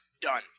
Done